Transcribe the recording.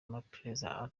amaperereza